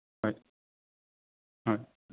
হয় হয়